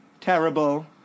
terrible